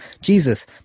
Jesus